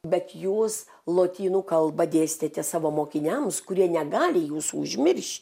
bet jūs lotynų kalbą dėstėte savo mokiniams kurie negali jūsų užmiršt